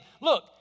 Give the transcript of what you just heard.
Look